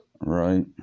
Right